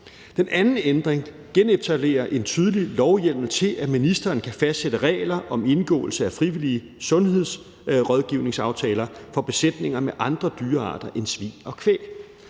Den anden ændring genetablerer en tydelig lovhjemmel til, at ministeren kan fastsætte regler om indgåelse af frivillige sundhedsrådgivningsaftaler for besætninger med andre dyrearter end svin og kvæg.